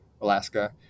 Alaska